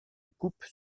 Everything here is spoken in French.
coupe